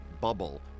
bubble